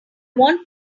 want